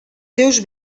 seus